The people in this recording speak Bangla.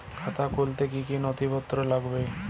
খাতা খুলতে কি কি নথিপত্র লাগবে?